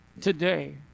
today